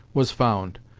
was found.